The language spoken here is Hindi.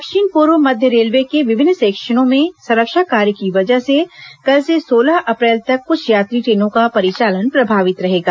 दक्षिण पूर्व मध्य रेलवे के विभिन्न सेक्शनों में संरक्षा कार्य की वजह से कल से सोलह अप्रैल तक कुछ यात्री ट्रेनों का परिचालन प्रभावित रहेगा